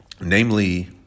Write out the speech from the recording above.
Namely